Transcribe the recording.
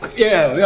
yeah, yeah